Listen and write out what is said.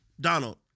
Donald